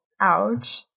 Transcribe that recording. ouch